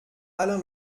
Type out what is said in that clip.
alain